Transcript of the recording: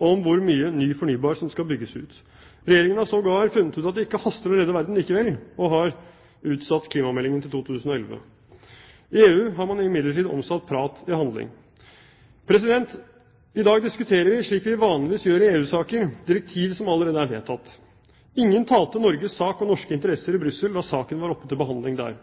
om hvor mye ny fornybar energi som skal bygges ut. Regjeringen har sågar funnet ut at det ikke haster å redde verden likevel – og har utsatt klimameldingen til 2011. I EU har man imidlertid omsatt prat til handling. I dag diskuterer vi, slik vi vanligvis gjør i EU-saker, direktiv som allerede er vedtatt. Ingen talte Norges sak og norske interesser i Brussel da saken var oppe til behandling der.